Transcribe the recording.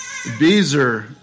Bezer